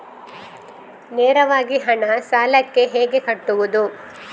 ನೇರವಾಗಿ ಹಣ ಸಾಲಕ್ಕೆ ಹೇಗೆ ಕಟ್ಟುವುದು?